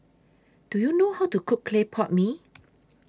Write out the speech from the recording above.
Do YOU know How to Cook Clay Pot Mee